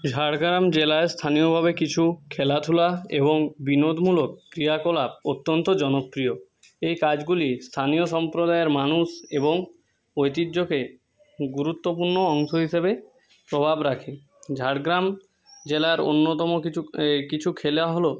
ঝাড়গ্রাম জেলার স্থানীয়ভাবে কিছু খেলাধুলা এবং বিনোদনমূলক ক্রিয়াকলাপ অত্যন্ত জনপ্রিয় এই কাজগুলি স্থানীয় সম্প্রদায়ের মানুষ এবং ঐতিহ্যকে গুরুত্বপূর্ণ অংশ হিসাবে প্রভাব রাখে ঝাড়গ্রাম জেলার অন্যতম কিছু এই কিছু খেলা হল